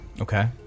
okay